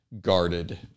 guarded